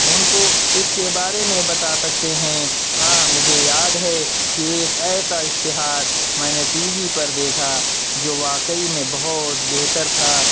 ان کو اس کے بارے میں بتا سکتے ہیں ہاں مجھے یاد ہے کہ ایک ایسا اشتہار میں نے ٹی وی پر دیکھا جو واقعی میں بہت بہتر تھا